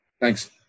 Thanks